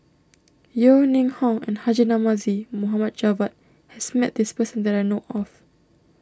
Yeo Ning Hong and Haji Namazie Mohammad Javad has met this person that I know of